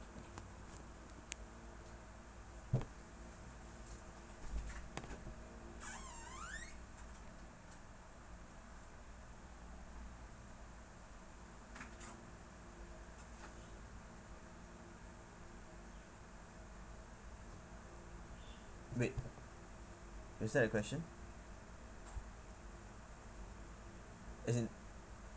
wait is that a question as in